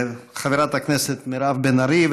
חברת הכנסת מירב בן ארי,